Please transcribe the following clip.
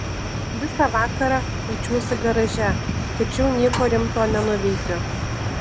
visą vakarą kuičiuosi garaže tačiau nieko rimto nenuveikiu